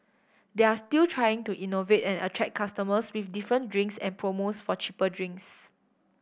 they're still trying to innovate and attract customers with different drinks and promos for cheaper drinks